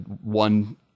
one